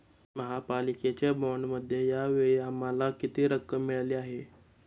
महापालिकेच्या बाँडमध्ये या वेळी आम्हाला किती रक्कम मिळाली आहे?